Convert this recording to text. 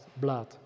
blood